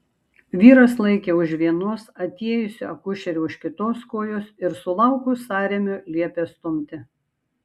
vyras laikė už vienos atėjusi akušerė už kitos kojos ir sulaukus sąrėmio liepė stumti